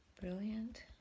brilliant